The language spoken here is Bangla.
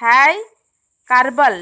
হ্যয় কার্বল